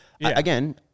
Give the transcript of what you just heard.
again